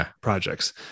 projects